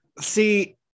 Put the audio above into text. See